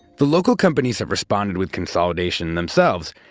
the local companies have responded with consolidation themselves.